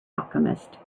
alchemist